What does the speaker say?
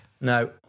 No